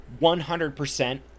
100%